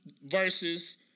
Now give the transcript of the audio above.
versus